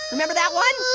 remember that one?